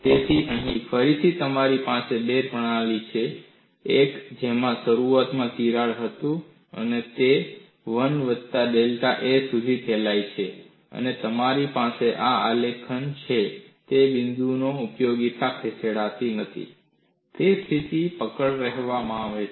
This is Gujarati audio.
તેથી અહીં ફરીથી તમારી પાસે બે પ્રણાલીો છે એક જેમાં શરૂઆતમાં તિરાડ હતો તે a વત્તા ડેલ્ટા a સુધી ફેલાયેલ છે અને તમારી પાસે આ આલેખ છે અને બિંદુ ઉપયોગિતા ખસેડાતી નથી તેને સ્થિર પકડ કહેવામાં આવે છે